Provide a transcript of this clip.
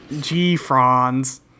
G-fronds